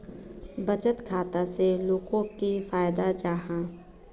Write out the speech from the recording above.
बचत खाता से लोगोक की फायदा जाहा?